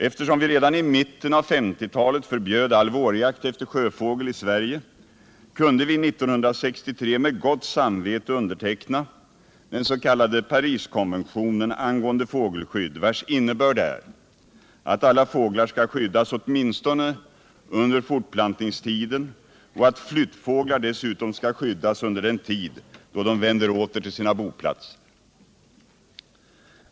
Eftersom vi redan i mitten av 1950-talet förbjöd all vårjakt efter sjöfågel i Sverige kunde vi 1963 med gott samvete underteckna den s.k. Pariskonventionen angående fågelskydd, vars innebörd är att alla fåglar skall skyddas åtminstone under fortplantningstiden och att flyttfåglar dessutom skall skyddas under den tid då de vänder åter till sina boplatser.